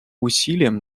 усилиям